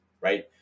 right